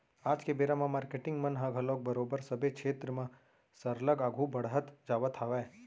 आज के बेरा म मारकेटिंग मन ह घलोक बरोबर सबे छेत्र म सरलग आघू बड़हत जावत हावय